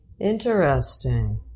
Interesting